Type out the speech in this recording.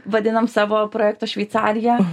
vadinam savo projekto šveicarija